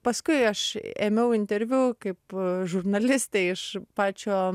paskui aš ėmiau interviu kaip žurnalistė iš pačio